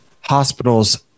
hospitals